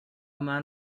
man